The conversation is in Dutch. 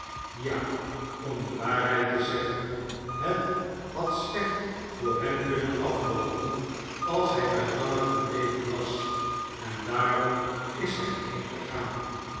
ja om de waarheid te zeggen het had slecht voor hem kunnen anoopen als hij daar langer gebleven was en daarom is hij